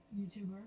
YouTuber